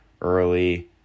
early